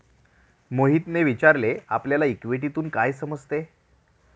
मोहितने विचारले आपल्याला इक्विटीतून काय समजते?